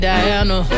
Diana